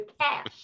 cash